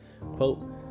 quote